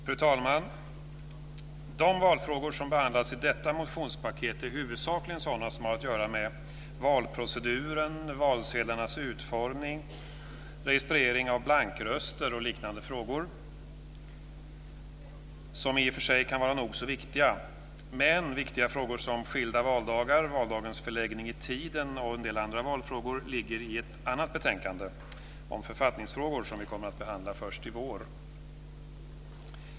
Fru talman! De valfrågor som behandlas i detta motionspaket är huvudsakligen sådana som har att göra med valproceduren, valsedlarnas utformning, registrering av blankröster och liknande frågor som i och för sig kan vara nog så viktiga. Men viktiga frågor som skilda valdagar, valdagens förläggning i tiden och andra valfrågor ligger i ett betänkande om författningsfrågor som vi kommer att behandla först i vår.